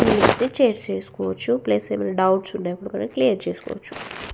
ఫీలింగ్స్ని షేర్ చేసుకోవచ్చు ప్లస్ ఏమైనా డౌట్స్ ఉంటే కూడా మనం క్లియర్ చేసుకోవచ్చు